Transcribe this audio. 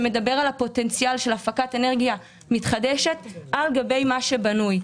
שמדבר על הפוטנציאל של הפקת אנרגיה מתחדשת על גבי מה שבנוי,